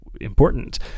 important